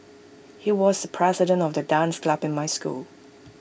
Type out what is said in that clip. he was the president of the dance club in my school